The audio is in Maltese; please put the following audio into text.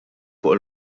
fuq